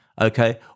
okay